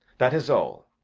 that is all.